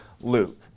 Luke